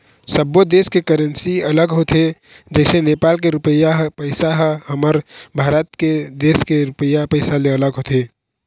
सब्बो देस के करेंसी अलग होथे जइसे नेपाल के रुपइया पइसा ह हमर भारत देश के रुपिया पइसा ले अलग होथे